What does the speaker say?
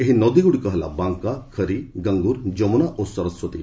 ଏହି ନଦୀଗୁଡ଼ିକ ହେଲା ବାଙ୍କା ଖରି ଗଙ୍ଗୁର ଜମୁନା ଓ ସରସ୍ୱତୀ